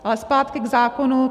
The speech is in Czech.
Ale zpátky k zákonu.